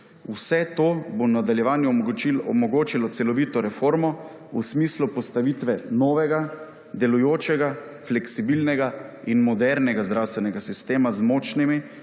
Vse to bo v nadaljevanju omogočilo celovito reformo v smislu postavitve novega delujočega fleksibilnega in modernega zdravstvenega sistema z močnimi